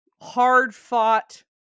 hard-fought